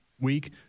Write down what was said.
week